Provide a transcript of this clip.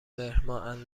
مهرماه، از